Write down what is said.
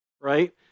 Right